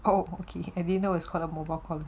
oh okay I didn't know is called a mobile column